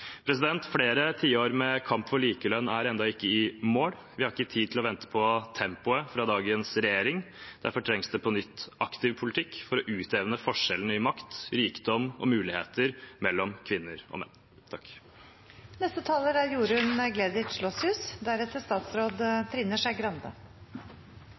Flere tiår med kamp for likelønn er ennå ikke i mål. Vi har ikke tid til å vente på tempoet fra dagens regjering. Derfor trengs det på nytt aktiv politikk for utjevne forskjellene i makt, rikdom og muligheter mellom kvinner og menn. Lik lønn for likt arbeid er